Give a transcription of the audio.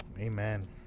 amen